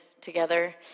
together